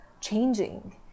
changing